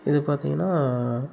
இது பார்த்திங்கன்னா